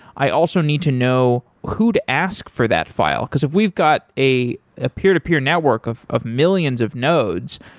i also need to know who to ask for that file, because if we've got a ah peer-to-peer network of of millions of nodes,